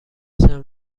چند